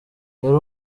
yari